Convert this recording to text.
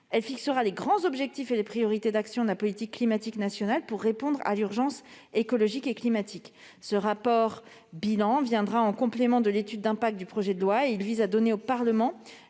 2023, fixera les grands objectifs et les priorités d'action de la politique climatique nationale pour répondre à l'urgence écologique et climatique. Ce rapport-bilan viendra en complément de l'étude d'impact du projet de loi. Il vise à donner au Parlement